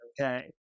okay